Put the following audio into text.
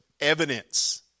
evidence